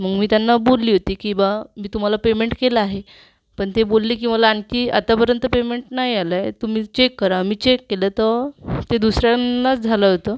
मग मी त्यांना बोलली होती की बा मी तुम्हाला पेमेंट केलं आहे पण ते बोलले की आणखी आतापर्यंत पेमेंट नाही आलं आहे तुम्ही चेक करा मी चेक केलं तर ते दुसऱ्यांनाच झालं होतं